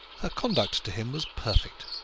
her conduct to him was perfect.